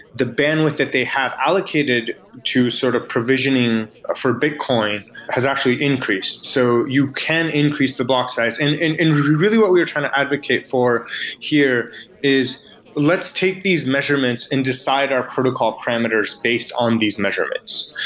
the bandwidth that they have allocated to sort of provisioning for bitcoin has actually increased. so you can increase the block size and and and really what we are trying to advocate for here is let's take these measurements and decide our protocol parameters based on these measurements.